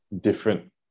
different